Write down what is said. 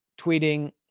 tweeting